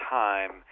time